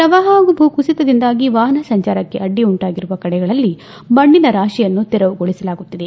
ಪ್ರವಾಪ ಹಾಗೂ ಭೂಕುಸಿತದಿಂದಾಗಿ ವಾಹನ ಸಂಚಾರಕ್ಕೆ ಅಡ್ಡಿ ಉಂಟಾಗಿರುವ ಕಡೆಗಳಲ್ಲಿ ಮಣ್ಣಿನ ರಾತಿಯನ್ನು ತೆರವುಗೊಳಿಸಲಾಗುತ್ತಿದೆ